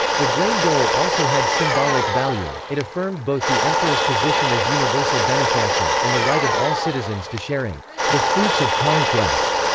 the grain dole also had symbolic value it affirmed both the emperor's position as universal benefactor, and the right of all citizens to share in the fruits of conquest.